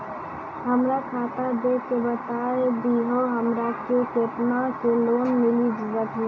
हमरा खाता देख के बता देहु हमरा के केतना के लोन मिल सकनी?